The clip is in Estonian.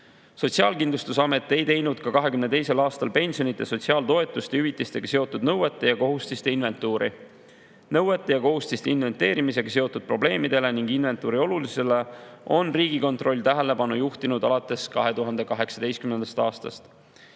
Sotsiaalkindlustusamet ei teinud ka 2022. aastal pensionide, sotsiaaltoetuste ja hüvitistega seotud nõuete ja kohustiste inventuuri. Nõuete ja kohustiste inventeerimisega seotud probleemidele ning inventuuri olulisusele on Riigikontroll tähelepanu juhtinud alates 2018. aastast.